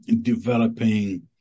developing